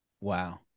wow